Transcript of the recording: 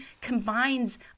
combines